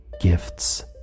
gifts